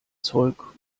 zeug